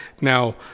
Now